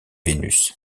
vénus